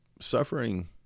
suffering